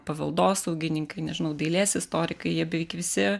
paveldosaugininkai nežinau dailės istorikai jie beveik visi